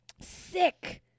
Sick